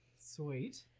Sweet